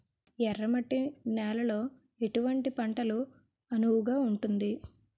ఎర్ర మట్టి నేలలో ఎటువంటి పంటలకు అనువుగా ఉంటుంది?